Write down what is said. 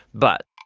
but,